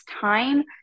time